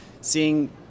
seeing